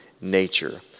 nature